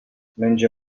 menja